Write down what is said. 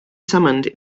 summoned